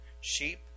sheep